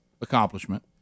accomplishment